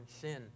sin